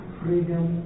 freedom